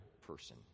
person